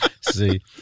See